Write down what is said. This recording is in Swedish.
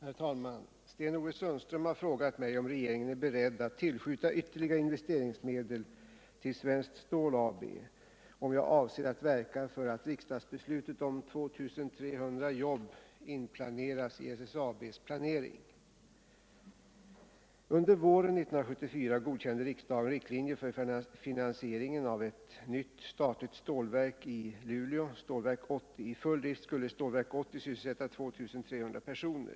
Herr talman! Sten-Ove Sundström har frågat mig om regeringen är beredd att tillskjuta ytterligare investeringsmedel till Svenskt Stål AB, och om jag avser att verka för att riksdagsbeslutet om 2 300 jobb skall ingå i SSAB:s planering. Under våren 1974 godkände riksdagen riktlinjer för finansieringen av ett nytt statligt stålverk i Luleå, Stålverk 80. I full drift skulle Stålverk 80 sysselsätta 2300 personer.